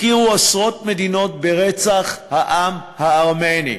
הכירו עשרות מדינות ברצח העם הארמני,